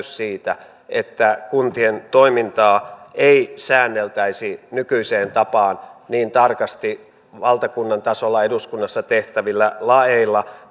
siitä että kuntien toimintaa ei säänneltäisi nykyiseen tapaan niin tarkasti valtakunnan tasolla eduskunnassa tehtävillä laeilla